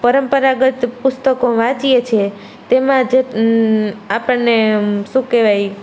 પરંપરાગત પુસ્તકો વાંચીએ છીએ તેમાં જે આપણને શું કહેવાય